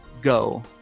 go